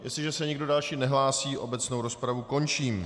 Jestliže se nikdo další nehlásí, obecnou rozpravu končím.